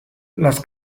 las